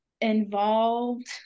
involved